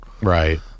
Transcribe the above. Right